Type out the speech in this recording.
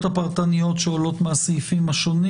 הפרטניות שעולות מהסעיפים השונים.